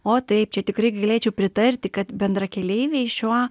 o taip čia tikrai galėčiau pritarti kad bendrakeleiviai šiuo